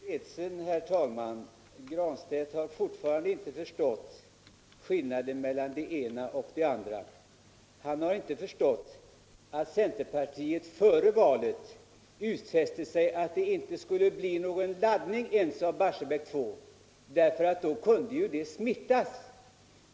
Herr talman! Jag är ledsen att herr Granstedt fortfarande inte har förstått skillnaden mellan det ena och det andra. Han har inte förstått att centerpartiet före valet gjorde utfästelsen att det inte alls skulle bli någon laddning av Barscbäck 2, eftersom det då kunde smittas.